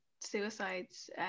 suicides